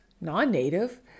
non-native